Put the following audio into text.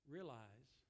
Realize